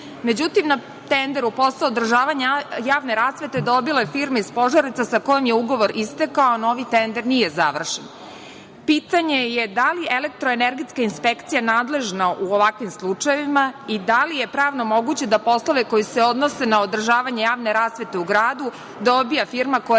Međutim, na tenderu posao održavanja javne rasvete dobila je firma iz Požarevca, sa kojom je ugovor istekao a novi tender nije završen. Pitanje je da li elektro-energetska inspekcija nadležna u ovakvim slučajevima i da li je pravno moguće da poslove koji se odnose na održavanje javne rasvete u gradu dobija firma koja se ne